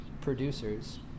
producers